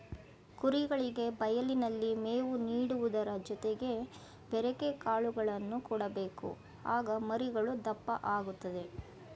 ಕುರಿಗಳಿಗೆ ಬಯಲಿನಲ್ಲಿ ಮೇವು ನೀಡುವುದರ ಜೊತೆಗೆ ಬೆರೆಕೆ ಕಾಳುಗಳನ್ನು ಕೊಡಬೇಕು ಆಗ ಮರಿಗಳು ದಪ್ಪ ಆಗುತ್ತದೆ